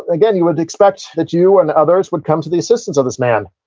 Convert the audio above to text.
again, you would expect that you and others would come to the assistance of this man.